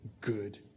good